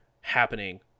happening